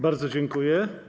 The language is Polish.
Bardzo dziękuję.